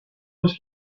just